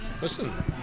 Listen